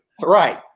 Right